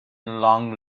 long